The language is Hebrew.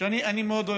שאני מאוד אוהב.